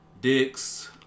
dicks